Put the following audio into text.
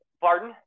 pardon